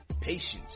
Patience